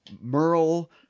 Merle